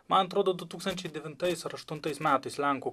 man atrodo du tūkstančiai devintais ar aštuntais metais lenkų